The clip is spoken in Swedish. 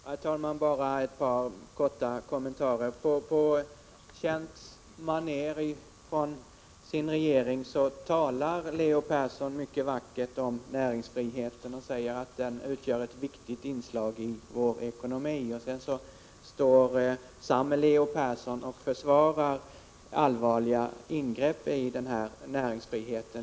Herr talman! Bara ett par korta kommentarer. På det manér som vi känner från hans regering talar Leo Persson mycket vackert om näringsfriheten och säger att den utgör ett viktigt inslag i vår ekonomi. Sedan står samme Leo Persson och försvarar allvarliga ingrepp i denna frihet.